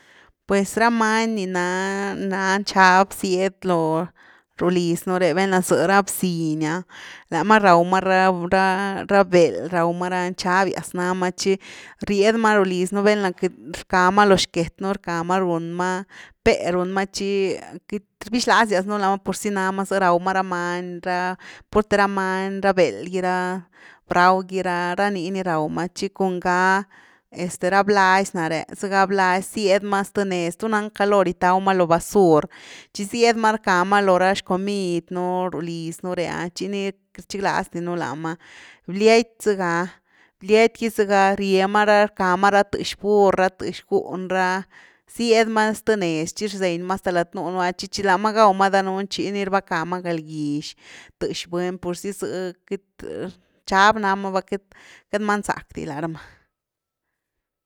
Pues ra many ni na nxab zyed lo rúliz nu re velna za ra bziny’ah, lamá raw ma ra beld, raw ma ra, nxabiaz namá, tchi ried ma ruliz un velna queity- rcama lo xquetnu rckama, run ma péh, runma tchi queity. Rbixlazyas nú lama purzy náma zë, raw ma ra many, ra purte ra many ra beld gi ra braw gy ra, ra nii ni raw ma tchi cun ga este ra blazy náre, zegha blazy sied ma zthe nez tunan caloo rithaw ma lo basur tchi sied ma rcka ma loo ra xcomid nú, ru liz nú ré ah, tchi ni queity rchiglaz di nú láma. Bliaty zega, bliaty gy zëga rie mara rcama ra thx burr ra thx gún ra, zyed ma zth nez tchi rzenyma hasta lath núnu, tchi chi lama gaw ma danunu tchi ni rbeckama galgyxtëx buny purzy zëh queity; nxab nama va queity- queity many zack di lá rama.